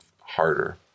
harder